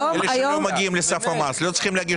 אלה שלא מגיעים לסף המס לא צריכים להגיש